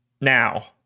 now